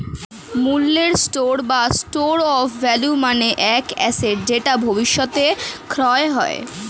মূল্যের স্টোর বা store of value মানে এক অ্যাসেট যেটা ভবিষ্যতে ক্রয় হয়